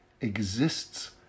exists